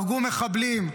הרגו מחבלים.